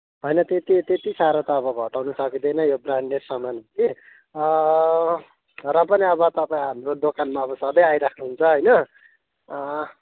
होइन त्यति त्यति साह्रो त अब घटाउनु सकिँदैन यो ब्रान्डेड सामान कि र पनि अब तपाईँ हाम्रो दोकानमा अब सधैँ आइरहनु हुन्छ होइन